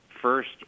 first